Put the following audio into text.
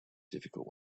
difficult